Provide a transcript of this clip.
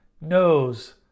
knows